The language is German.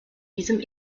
diesem